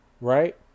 right